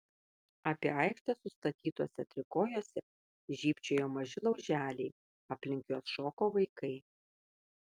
apie aikštę sustatytuose trikojuose žybčiojo maži lauželiai aplink juos šoko vaikai